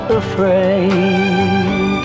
afraid